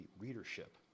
readership